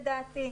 לדעתי.